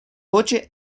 voce